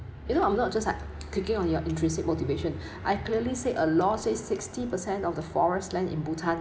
you know I'm not just like taking on your intrinsic motivation I clearly said a laws say sixty percent of the forest land in bhutan